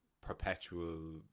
perpetual